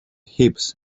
heaps